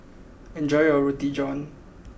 enjoy your Roti John